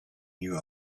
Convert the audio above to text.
new